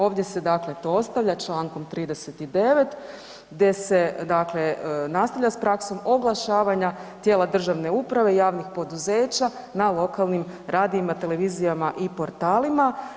Ovdje se dakle to ostavlja člankom 39. gdje se dakle nastavlja sa praksom oglašavanja tijela državne uprave, javnih poduzeća na lokalnim radijima, televizijama i portalima.